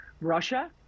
Russia